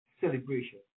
Celebration